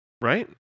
Right